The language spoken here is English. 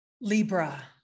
libra